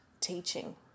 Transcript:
teaching